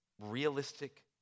realistic